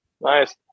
Nice